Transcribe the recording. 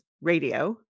Radio